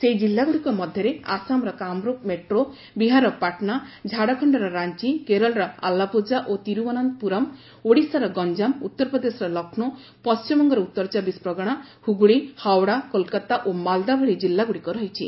ସେହି ଜିଲ୍ଲାଗୁଡ଼ିକ ମଧ୍ୟରେ ଆସାମର କାମରୁପ ମେଟ୍ରୋ ବିହାରର ପାଟନା ଝାଡ଼ଖଣ୍ଡର ରାଞ୍ଚି କେରଳର ଆଲ୍ଲାପୁଝା ଓ ତିରୁବନନ୍ତପୁରମ୍ ଓଡ଼ିଶାର ଗଞ୍ଜାମ ଉତ୍ତର ପ୍ରଦେଶର ଲକ୍ଷ୍ନୌ ପଶ୍ଚିମବଙ୍ଗର ଉତ୍ତର ଚବିଶ ପ୍ରଗଣା ହୁଗୁଳି ହାଓଡ଼ା କୋଲକାତା ଓ ମାଲଦା ଭଳି ଜିଲ୍ଲାଗୁଡ଼ିକ ରହିଛି